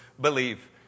believe